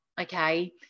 okay